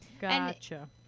Gotcha